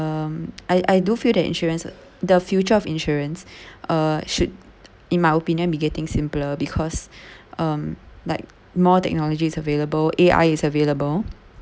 um I I do feel that insurance at the future of insurance uh should in my opinion be getting simpler because um like more technologies available A_I is available